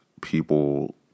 people